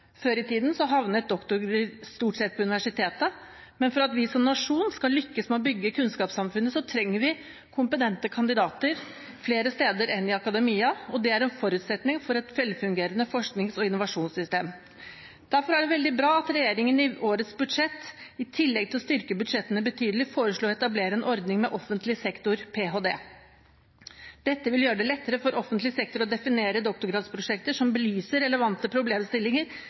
Før i tiden havnet doktorer stort sett på universitetet, men for at vi som nasjon skal lykkes med å bygge kunnskapssamfunnet, trenger vi kompetente kandidater flere steder enn i akademia. Det er en forutsetning for et velfungerende forsknings- og innovasjonssystem. Derfor er det veldig bra at regjeringen i årets budsjett, i tillegg til å styrke budsjettene betydelig, foreslo å etablere en ordning med offentlig sektor-ph.d. Dette vil gjøre det lettere for offentlig sektor å definere doktorgradsprosjekter som belyser relevante problemstillinger